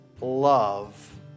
love